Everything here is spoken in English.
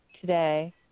today